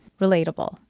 relatable